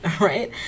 right